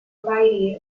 variety